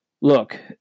Look